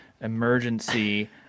emergency